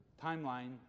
timeline